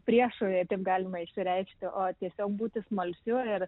priešu jei taip galima išreikšti o tiesiog būti smalsiu ir